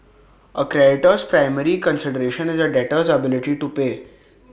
A creditor's primary consideration is A debtor's ability to pay